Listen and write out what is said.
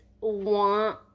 want